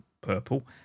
purple